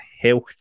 Health